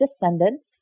descendants